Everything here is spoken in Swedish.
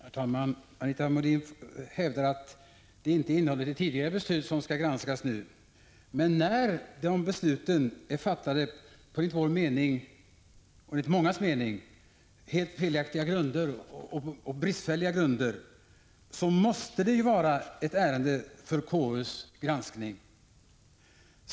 Herr talman! Anita Modin hävdar att det inte är innehållet i tidigare beslut som skall granskas nu. Men när besluten är fattade på enligt vår mening och enligt mångas mening helt felaktiga grunder och bristfälliga grunder, måste det ju vara ett ärende för konstitutionsutskottets granskning.